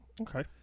Okay